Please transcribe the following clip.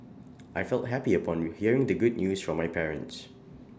I felt happy upon you hearing the good news from my parents